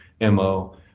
MO